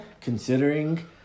Considering